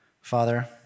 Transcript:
Father